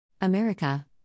America